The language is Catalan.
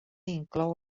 inclou